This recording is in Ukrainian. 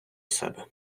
себе